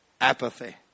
Apathy